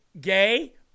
gay